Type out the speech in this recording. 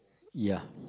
ya